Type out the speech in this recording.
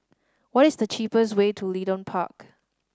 what is the cheapest way to Leedon Park